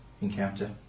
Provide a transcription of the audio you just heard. encounter